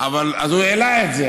אז הוא העלה את זה.